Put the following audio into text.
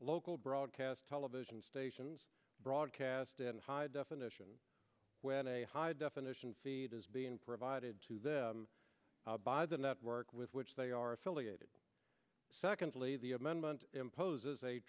local broadcast television stations broadcast in high definition when a high definition feed is being provided to them by the network with which they are affiliated secondly the amendment imposes a